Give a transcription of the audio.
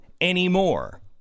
anymore